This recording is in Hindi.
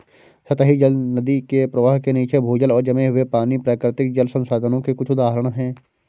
सतही जल, नदी के प्रवाह के नीचे, भूजल और जमे हुए पानी, प्राकृतिक जल संसाधनों के कुछ उदाहरण हैं